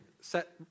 set